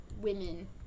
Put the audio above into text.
women